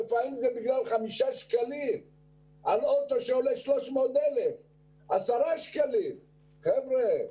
ולפעמים זה בגלל 5 או 10 שקלים על אוטו שעולה 300,000. חבר'ה,